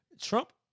Trump